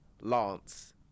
Lance